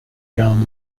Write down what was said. down